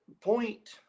Point